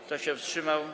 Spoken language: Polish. Kto się wstrzymał?